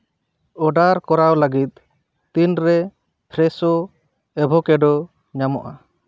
order ᱠᱚᱨᱟᱣ ᱞᱟᱹᱜᱤᱫ ᱛᱤᱱᱨᱮ ᱯᱷᱨᱮᱥᱳ ᱮᱵᱷᱳᱠᱮᱰᱳ ᱧᱟᱢᱚᱜᱼᱟ